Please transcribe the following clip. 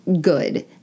good